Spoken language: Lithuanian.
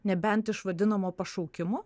nebent iš vadinamo pašaukimo